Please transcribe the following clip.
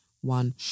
one